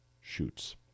shoots